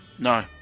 No